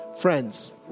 Friends